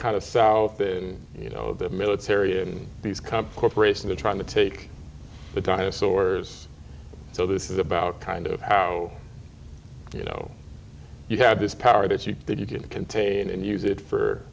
kind of south and you know the military and these companies operate and they're trying to take the dinosaurs so this is about kind of how you know you have this power that you did you get to contain and use it for